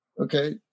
okay